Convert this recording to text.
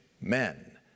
men